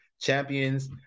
champions